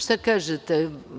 Šta kažete?